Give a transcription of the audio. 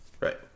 Right